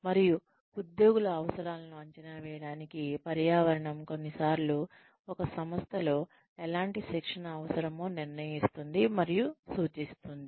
మరియు ఉద్యోగుల అవసరాలను అంచనా వేయడానికి పర్యావరణం కొన్నిసార్లు ఒక సంస్థలో ఎలాంటి శిక్షణ అవసరమో నిర్ణయిస్తుంది మరియు సూచిస్తుంది